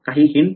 काही हिंट